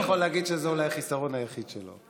אני יכול להגיד שזה אולי החיסרון היחיד שלו.